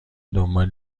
دنبال